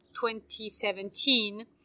2017